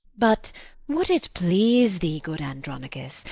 but would it please thee, good andronicus,